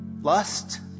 Lust